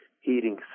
heating